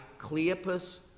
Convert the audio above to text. Cleopas